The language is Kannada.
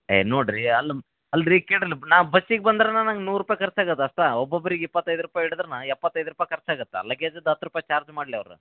ಏ ನೋಡಿರಿ ಅಲ್ಲ ಅಲ್ಲರಿ ಕೇಳಿ ರೀ ಇಲ್ಲ ನಾ ಬಸ್ಸಿಗೆ ಬಂದ್ರನೆ ನಂಗೆ ನೂರು ರೂಪಾಯಿ ಖರ್ಚು ಆಗದು ಅಷ್ಟೆ ಒಬ್ಬೊಬ್ರಿಗೆ ಇಪ್ಪತ್ತದು ರೂಪಾಯಿ ಹಿಡ್ದ್ರನು ಎಪ್ಪತ್ತೈದು ರೂಪಾಯಿ ಖರ್ಚಾಗತ್ತೆ ಲಗೇಜ್ದು ಹತ್ತು ರೂಪಾಯಿ ಚಾರ್ಜ್ ಮಾಡಲಿ ಅವ್ರು